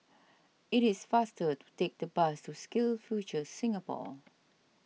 it is faster to take the bus to SkillsFuture Singapore